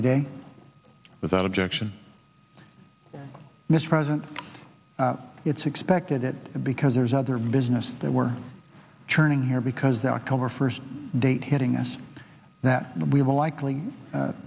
today without objection mr president it's expected that because there's other business there we're turning here because the october first date hitting us that we will likely